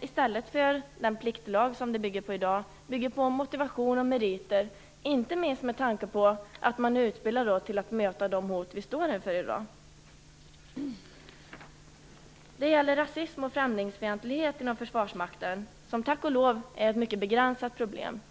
i stället för den pliktlag som försvaret bygger på i dag. Den grundar sig på motivation och meriter, inte minst med tanke på att man utbildar till att möta de hot vi står inför i dag. Det gäller rasism och främlingsfientlighet inom Försvarsmakten, som tack och lov är ett mycket begränsat problem.